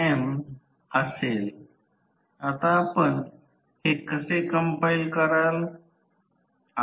यापूर्वी आम्ही हे सर्किट या बाजूस पाहिल आहे या बाजूस 200 V मापदंड R e 1 X e 1 R c X m दिले आहेत